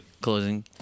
closing